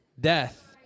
death